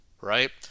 right